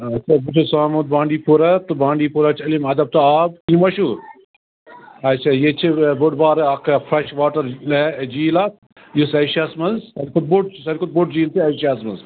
اچھا بہٕ چھُس آمُت بانڈی پوٗرہ تہٕ بانڈی پوٗرہ چھِ علم ادب تہٕ آب تُہۍ ما چھُو اچھا ییٚتہِ چھِ بوٚڈ بارٕ اَکھ فرٛیش واٹَر لے جیٖل اَکھ یُس ایشیاہَس منٛز ساروی کھۄتہٕ بوٚڈ چھُ ساروی کھۄتہٕ بوٚڈ جیٖل چھُ ایشیاہَس منٛز